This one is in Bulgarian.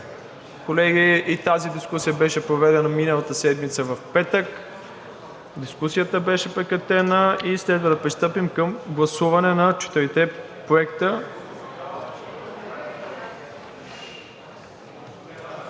Колеги, и тази дискусия беше проведена миналата седмица, в петък. Дискусията беше прекратена и следва да пристъпим към гласуване на четирите проекта.